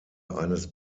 eines